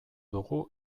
dugu